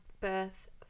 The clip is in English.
birth